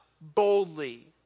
boldly